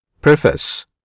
Preface